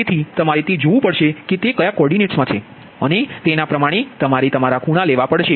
તેથી તમારે તે જોવું પડશે કે તે કયા કોર્ડિનેટસ મા છે અને તેના પ્રમાણે તમારે તમારા ખૂણા લેવા પડશે